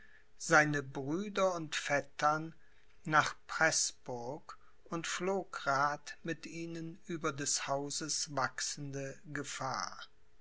seine brüder und vettern nach preßburg und pflog rath mit ihnen über des hauses wachsende gefahr